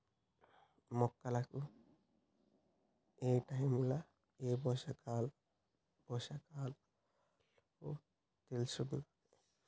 మొక్కలకు ఏటైముల ఏ పోషకాలివ్వాలో తెలిశుండాలే